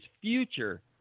future